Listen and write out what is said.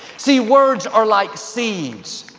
see, words are like seeds.